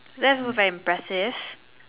that's who like impressive